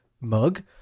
mug